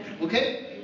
Okay